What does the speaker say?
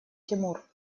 тимур